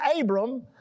Abram